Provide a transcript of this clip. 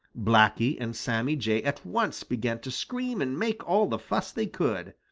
blacky and sammy jay at once began to scream and make all the fuss they could.